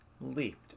Leaped